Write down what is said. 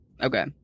Okay